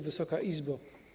Wysoka Izbo!